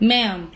Ma'am